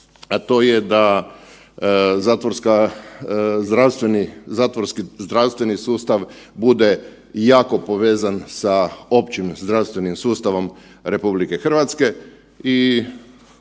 a to je da zatvorski zdravstveni sustav bude jako povezan sa općim zdravstvenim sustavom RH.